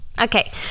Okay